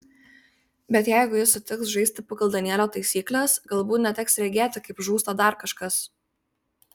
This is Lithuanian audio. bet jeigu ji sutiks žaisti pagal danielio taisykles galbūt neteks regėti kaip žūsta dar kažkas